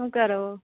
શું કરો